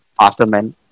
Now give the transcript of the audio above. aftermen